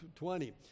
20